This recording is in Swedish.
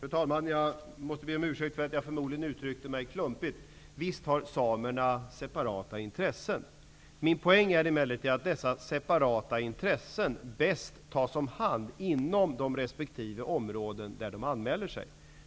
Fru talman! Jag måste be om ursäkt för att jag förmodligen uttryckte mig klumpigt. Visst har samerna separata intressen, men min poäng är att dessa separata intressen bäst tas till vara inom resp. områden.